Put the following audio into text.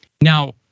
Now